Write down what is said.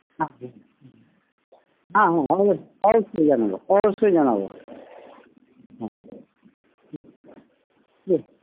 হ্যাঁ হ্যাঁ হবে অবশ্যই জানাবো অবশ্যই জানাবো